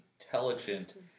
intelligent